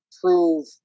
prove